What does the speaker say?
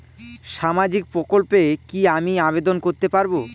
সামাজিক প্রকল্পে কি আমি আবেদন করতে পারবো?